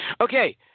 Okay